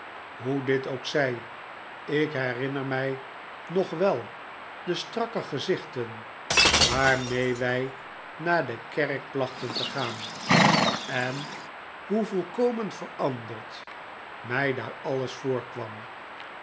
hoe dit ook zij ik herinner mij nog wel de strakke gezichten waarmee wij naar de kerk plachten te gaan en hoe volkomen veranderd mij daar alles voorkwam